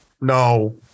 no